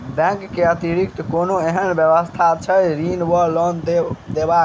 Bank केँ अतिरिक्त कोनो एहन व्यवस्था छैक ऋण वा लोनदेवाक?